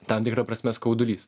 tam tikra prasme skaudulys